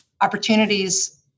opportunities